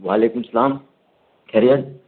وعلیکم السلام خیریت